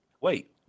Wait